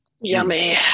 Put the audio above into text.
Yummy